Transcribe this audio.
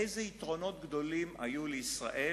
אילו יתרונות גדולים היו לישראל